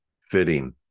Fitting